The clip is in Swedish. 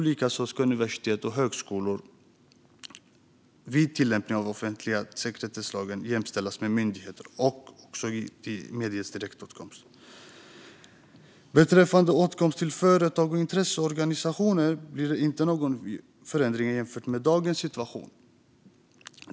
Likaså ska universitet och högskolor vid tillämpningen av offentlighets och sekretesslagen jämställas med myndigheter och medges direktåtkomst. Beträffande åtkomst för företag och intresseorganisationer blir det inte någon förändring jämfört med dagens situation.